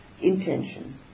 intention